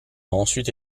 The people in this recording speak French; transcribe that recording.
ensuite